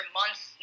months